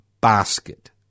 basket